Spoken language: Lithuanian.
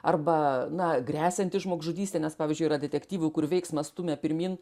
arba na gresianti žmogžudystė nes pavyzdžiui yra detektyvų kur veiksmas stumia pirmyn